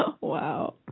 Wow